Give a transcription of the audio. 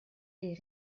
est